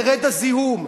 ירד הזיהום,